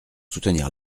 soutenir